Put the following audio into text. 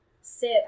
sit